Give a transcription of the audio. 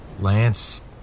Lance